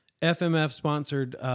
FMF-sponsored